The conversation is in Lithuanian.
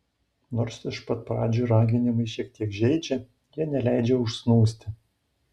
nors iš pat pradžių raginimai šiek tiek žeidžia jie neleidžia užsnūsti